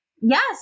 Yes